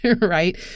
right